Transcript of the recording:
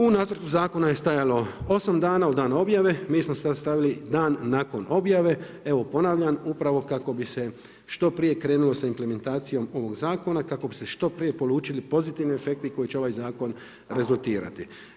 U nacrtu zakona je stajalo osam dana od dana objave, mi smo sada stavili dan nakon objave, evo ponavljam upravo kako bi se što prije krenulo sa implementacijom ovog zakona, kako bi se što prije polučili pozitivni efekti koje će ovaj zakon rezultirati.